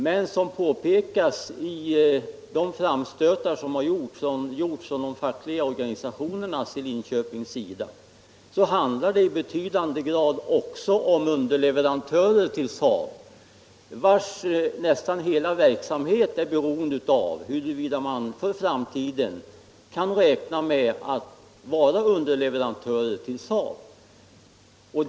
Men, som det påpekas i de framstötar som har gjorts av de fackliga organisationerna i Linköping, det handlar här i betydande grad också om underleverantörer till SAAB, vilkas nära nog hela verksamhet är beroende av huruvida de också för framtiden kan räkna med att vara underleverantörer till SAAB.